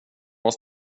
oss